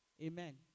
Amen